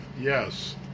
yes